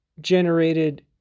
generated